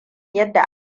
yadda